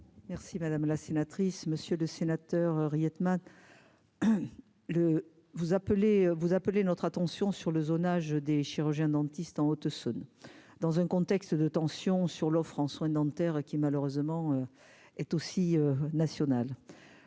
Merci madame la sénatrice Monsieur le Sénateur, rillettes, Matt le. Vous appelez vous appelez notre attention sur le zonage des chirurgiens dentistes en Haute-Saône, dans un contexte de tensions sur l'offre en soins dentaires qui malheureusement est aussi nationale